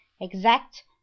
exact